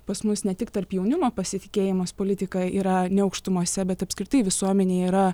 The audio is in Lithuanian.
pas mus ne tik tarp jaunimo pasitikėjimas politika yra ne aukštumose bet apskritai visuomenėje yra